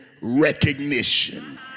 recognition